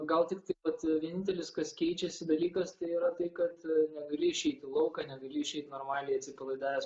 gal tiktai pats vienintelis kas keičiasi dalykas tai yra tai kad negali išeit į lauką negali išeit normaliai atsipalaidavęs